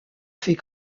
fait